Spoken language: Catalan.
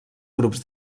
grups